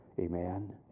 Amen